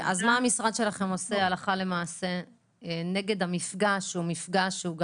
אז מה המשרד שלכם עושה הלכה למעשה נגד מפגע העישון,